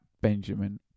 Benjamin